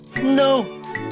no